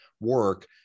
work